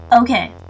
Okay